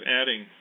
adding